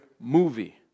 movie